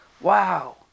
Wow